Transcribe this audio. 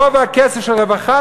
רוב הכסף של רווחה,